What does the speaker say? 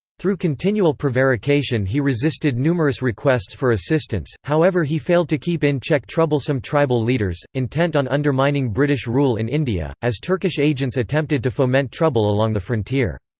through continual prevarication he resisted numerous requests for assistance, however he failed to keep in check troublesome tribal leaders, intent on undermining british rule in india, as turkish agents attempted to foment trouble along the frontier.